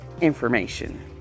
information